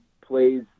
plays